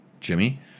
Jimmy